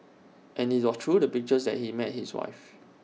and IT all through the pictures that he met his wife